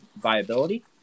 viability